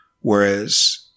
Whereas